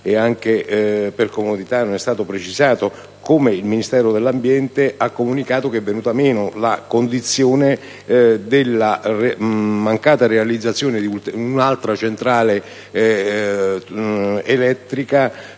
e anche per comodità, non è stato precisato come il Ministero dell'ambiente abbia comunicato che è venuta meno la condizione di mancata realizzazione di un'altra centrale elettrica